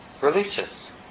releases